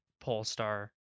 Polestar